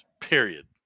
Period